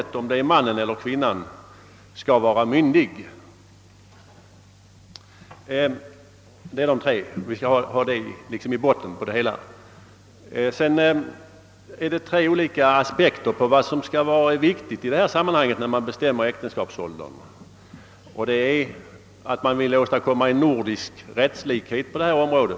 Det innebär att endera parten skall vara myndig, oavsett om det är mannen eller kvinnan. Det finns tre olika aspekter på vad som skall vara av betydelse, när man skall bestämma äktenskapsåldern. Den första är att man vill åstadkomma nordisk rättslikhet på detta område.